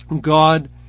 God